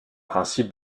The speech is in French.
principes